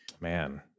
Man